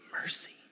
mercy